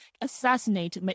assassinate